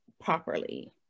properly